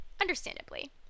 understandably